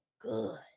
good